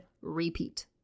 repeat